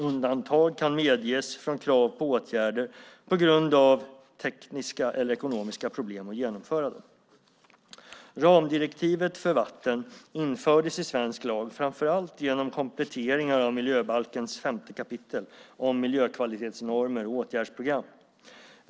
Undantag kan medges från krav på åtgärder på grund av tekniska eller ekonomiska problem att genomföra dem. Ramdirektivet för vatten infördes i svensk lag framför allt genom kompletteringar av miljöbalkens 5 kap. om miljökvalitetsnormer och åtgärdsprogram.